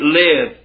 live